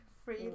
Free